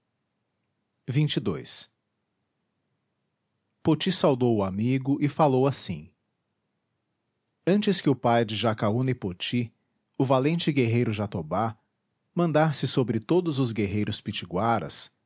o nascente poti saudou o amigo e falou assim antes que o pai de jacaúna e poti o valente guerreiro jatobá mandasse sobre todos os guerreiros pitiguaras